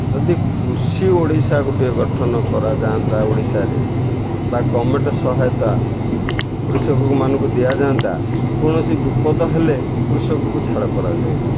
ଯଦି କୃଷି ଓଡ଼ିଶା ଗୋଟିଏ ଗଠନ କରାଯାଆନ୍ତା ଓଡ଼ିଶାରେ ବା ଗଭର୍ଣ୍ଣମେଣ୍ଟ୍ ସହାୟତା କୃଷକମାନଙ୍କୁ ଦିଆଯାଆନ୍ତା କୌଣସି ବିପଦ ହେଲେ କୃଷକକୁ ଛାଡ଼ କରାଦେଇଯାଆନ୍ତା